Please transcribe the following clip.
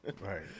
Right